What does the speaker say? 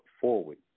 forward